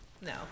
no